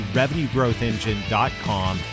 revenuegrowthengine.com